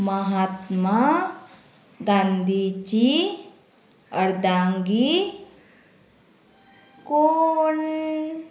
महात्मा गांधीची अर्दांगी कोण